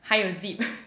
还有 zip